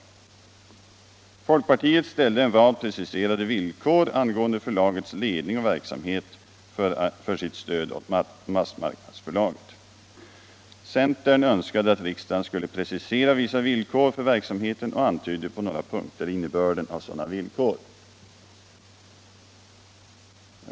Folkpartiet ställde en rad preciserade villkor angående förlagets ledning och verksamhet för sitt stöd åt massmarknadsförlaget. Centern önskade att riksdagen skulle precisera vissa villkor för verksamheten och antydde på några punkter innebörden av sådana villkor.